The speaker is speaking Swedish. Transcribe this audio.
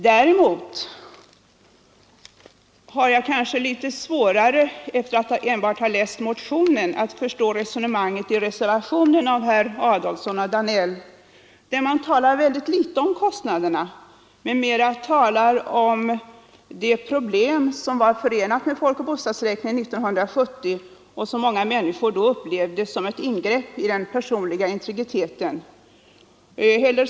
Däremot har jag efter att enbart ha läst motionen svårare att förstå resonemanget i reservationen av herrar Adolfsson och Danell, som talar väldigt litet om kostnaderna och mera om de problem som var förenade med folkoch bostadsräkningen 1970, som många människor upplevde som ett ingrepp i den personliga integriteten.